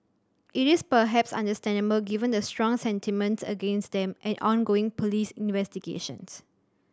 it is perhaps understandable given the strong sentiments against them and ongoing police investigations